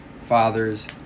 fathers